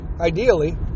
ideally